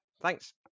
Thanks